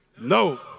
No